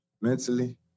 mentally